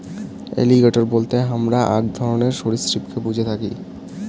alligator বলতে হামরা আক ধরণের সরীসৃপকে বুঝে থাকি